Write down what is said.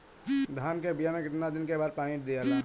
धान के बिया मे कितना दिन के बाद पानी दियाला?